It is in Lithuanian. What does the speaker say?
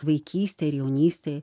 vaikystėj ir jaunystėj